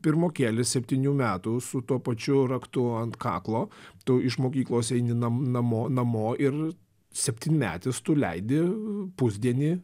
pirmokėlis septynių metų su tuo pačiu raktu ant kaklo tu iš mokyklos eini nam namo namo ir septynmetis tu leidi pusdienį